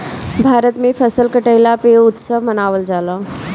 भारत में फसल कटईला पअ उत्सव मनावल जाला